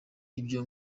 ibyo